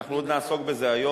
אנחנו עוד נעסוק בזה היום,